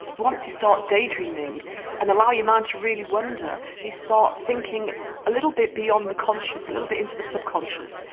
once you start daydreaming and allow your mind to really wander, you start thinking a little bit beyond the conscious, a little bit into the subconscious,